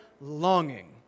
longing